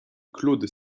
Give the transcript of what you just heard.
claude